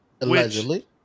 allegedly